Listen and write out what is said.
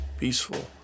peaceful